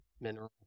mineral